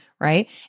right